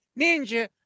ninja